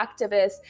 activists